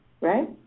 Right